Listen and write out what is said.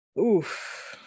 Oof